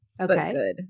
Okay